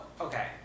okay